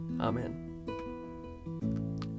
Amen